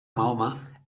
mahoma